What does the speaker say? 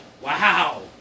Wow